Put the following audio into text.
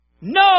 No